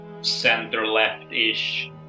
center-left-ish